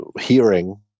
hearing